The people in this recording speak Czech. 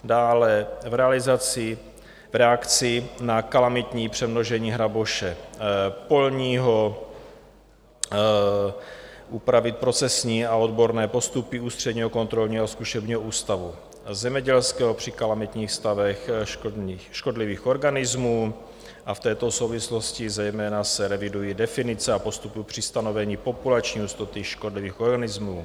Dále realizaci v reakci na kalamitní přemnožení hraboše polního upravit procesní a odborné postupy Ústředního kontrolního a zkušebního ústavu zemědělského při kalamitních stavech škodlivých organismů a v této souvislosti zejména se revidují definice a postup při stanovení populační hustoty škodlivých organismů.